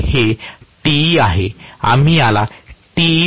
तर हे Te आहे आणि आम्ही याला Te प्रारंभ म्हणून म्हणतो